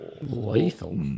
lethal